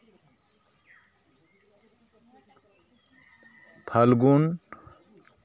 ᱯᱷᱟᱹᱞᱜᱩᱱ